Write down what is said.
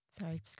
Sorry